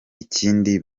ikindi